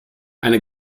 eine